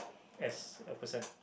as a person